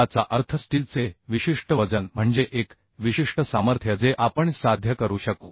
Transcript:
याचा अर्थ स्टीलचे विशिष्ट वजन म्हणजे एक विशिष्ट सामर्थ्य जे आपण साध्य करू शकू